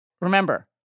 Remember